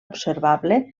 observable